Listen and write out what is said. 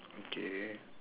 okay